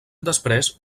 després